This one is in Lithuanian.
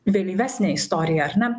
vėlyvesnę istoriją ar ne